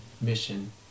Mission